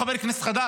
אני לא חבר כנסת חדש,